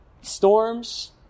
storms